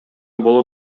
боло